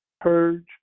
purge